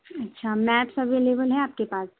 اچھا maps available ہے آپ کے پاس